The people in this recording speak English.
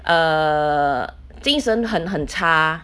err 精神很很差